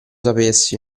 sapessi